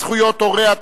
זכויות הורה),